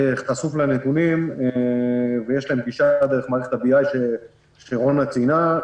חשוף לנתונים ויש להם גישה אליהם דרך מערכת ה-BI שרונה ציינה.